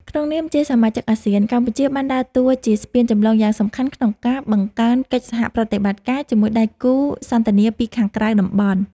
ក្នុងនាមជាសមាជិកអាស៊ាន កម្ពុជាបានដើរតួជាស្ពានចម្លងយ៉ាងសំខាន់ក្នុងការបង្កើនកិច្ចសហប្រតិបត្តិការជាមួយដៃគូសន្ទនាពីខាងក្រៅតំបន់។